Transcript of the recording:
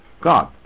God